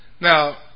Now